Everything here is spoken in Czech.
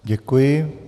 Děkuji.